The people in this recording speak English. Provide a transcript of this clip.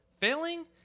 Failing